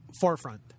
forefront